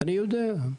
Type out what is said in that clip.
אני יודע,